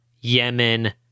Yemen